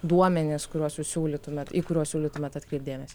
duomenys kuriuos jūs siūlytumėt į kuriuos siūlytumėt atkreipt dėmesį